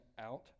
out